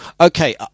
Okay